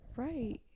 right